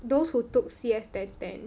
those who took C_S ten ten